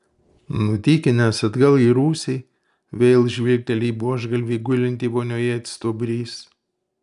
nutykinęs atgal į rūsį vėl žvilgteli į buožgalvį gulintį vonioje it stuobrys